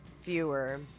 Fewer